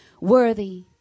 worthy